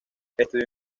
estudió